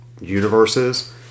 universes